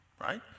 right